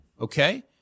Okay